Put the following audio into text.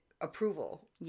approval